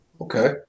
Okay